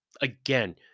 Again